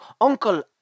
uncle